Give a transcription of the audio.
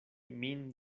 min